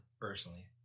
personally